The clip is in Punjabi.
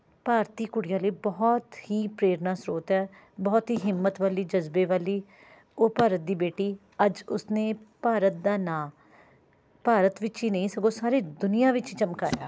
ਭਾਰਤੀ ਕੁੜੀਆਂ ਲਈ ਬਹੁਤ ਹੀ ਪ੍ਰੇਰਨਾ ਸਰੋਤ ਹੈ ਬਹੁਤ ਹੀ ਹਿੰਮਤ ਵਾਲੀ ਜਜ਼ਬੇ ਵਾਲੀ ਉਹ ਭਾਰਤ ਦੀ ਬੇਟੀ ਅੱਜ ਉਸ ਨੇ ਭਾਰਤ ਦਾ ਨਾਂ ਭਾਰਤ ਵਿੱਚ ਹੀ ਨਹੀਂ ਸਗੋਂ ਸਾਰੀ ਦੁਨੀਆਂ ਵਿੱਚ ਚਮਕਾਇਆ